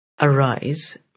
arise